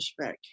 pushback